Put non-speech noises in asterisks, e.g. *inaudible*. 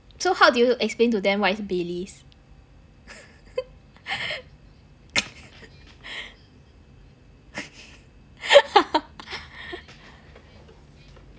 so how do you explain to them what is baileys *laughs*